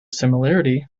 similarity